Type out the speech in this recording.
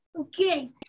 Okay